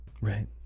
right